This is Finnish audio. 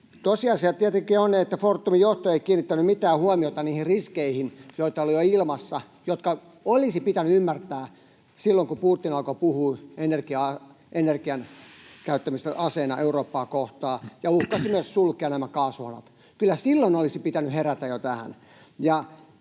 Tosiasia tietenkin on, että Fortumin johto ei kiinnittänyt mitään huomiota niihin riskeihin, joita oli jo ilmassa ja jotka olisi pitänyt ymmärtää silloin, kun Putin alkoi puhua energian käyttämisestä aseena Eurooppaa kohtaan ja uhkasi myös sulkea kaasuhanat. Kyllä silloin olisi pitänyt herätä jo tähän.